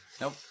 Nope